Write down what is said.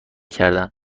کردن